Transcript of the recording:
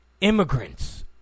immigrants